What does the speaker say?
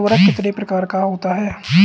उर्वरक कितने प्रकार का होता है?